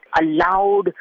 allowed